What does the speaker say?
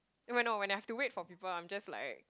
eh wait no when I have to wait for people I'm just like